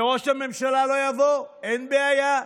שראש הממשלה לא יבוא, אין בעיה.